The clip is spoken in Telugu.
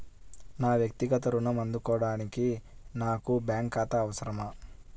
నా వక్తిగత ఋణం అందుకోడానికి నాకు బ్యాంక్ ఖాతా అవసరమా?